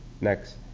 next